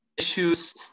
Issues